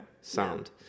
sound